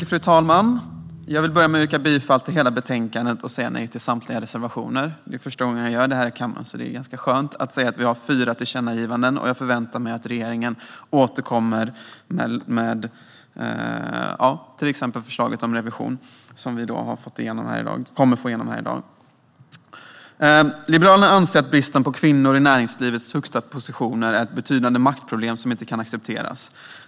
Fru talman! Jag vill börja med att yrka bifall till förslaget i betänkandet och avslag på samtliga reservationer. Det är första gången jag gör så i kammaren, och det är skönt att kunna säga att det finns fyra tillkännagivanden. Jag förväntar mig att regeringen återkommer med till exempel ett förslag om revision, som vi kommer att få igenom i dag. Liberalerna anser att bristen på kvinnor i näringslivets högsta positioner är ett betydande maktproblem som inte kan accepteras.